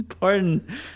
Pardon